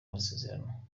masezerano